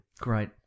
Great